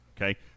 okay